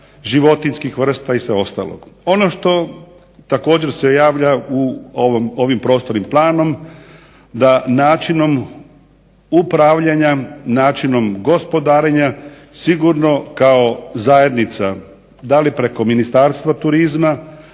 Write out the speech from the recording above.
životinjskih vrsta i sve ostalo. Ono što također se javlja ovim prostornim planom da načinom upravljanja, načinom gospodarenja sigurno kao zajednica da li preko Ministarstva turizma,